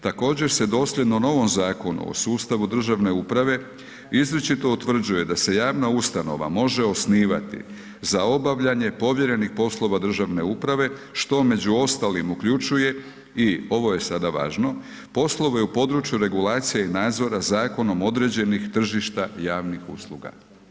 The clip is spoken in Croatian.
Također se dosljedno novom zakonu o sustavu državne uprave izričito utvrđuje da se javna ustanovama može osnivati za obavljanje povjerenih poslova državne uprave što među ostalim uključuje i ovo je sada važno, poslove u području regulacije i nadzora zakonom određenih tržišta javnih usluga.